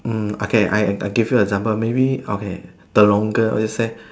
mm okay I I give you example maybe okay the longer what do you say